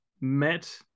met